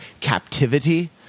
captivity